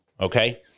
okay